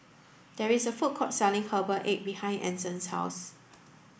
there is a food court selling herbal egg behind Anson's house